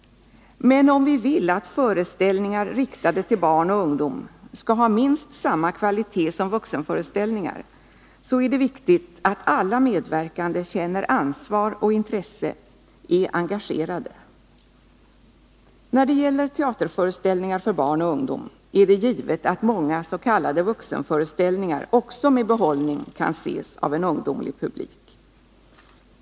Men om vi vill att föreställningar riktade till barn och ungdom skall ha minst samma kvalitet som vuxenföreställningar, så är det viktigt att alla medverkande känner ansvar och intresse, är engagerade. När det gäller teaterföreställningar för barn och ungdom är det givet att många s.k. vuxenföreställningar också med behållning kan ses av en ungdomlig publik.